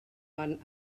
han